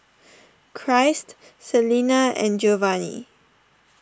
Christ Celena and Giovanny